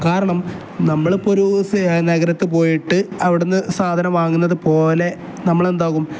കാരണം നമ്മൾ ഇപ്പം ഒരു നഗരത്തിൽ പോയിട്ട് അവിടെ നിന്ന് സാധനം വാങ്ങുന്നത് പോലെ നമ്മൾ എന്താകും